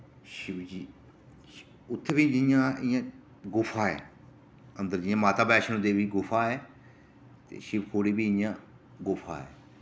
शिवजी उत्थैं बी जियां इयां गुफा ऐ अंदर जियां माता वैश्णो देवी गुफा ऐ ते शिव खोड़ी बी इयां गुफा ऐ